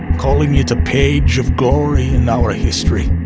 calling it a page of glory in our history.